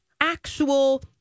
actual